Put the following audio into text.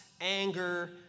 anger